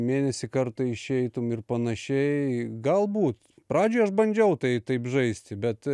mėnesį kartą išeitum ir panašiai galbūt pradžioj aš bandžiau tai taip žaisti bet